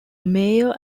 mayor